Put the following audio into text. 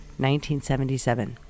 1977